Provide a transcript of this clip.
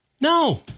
no